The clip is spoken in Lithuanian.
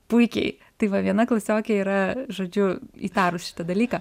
puikiai tai va viena klasiokė yra žodžiu įtarus šitą dalyką